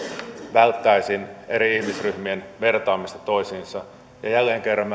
välttäisin eri ihmisryhmien vertaamista toisiinsa ja jälleen kerran